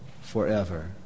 forever